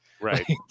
Right